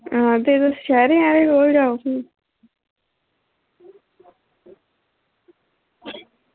आं ते शैह्रें आह्लें कोला सेआओ भी